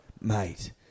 mate